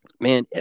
Man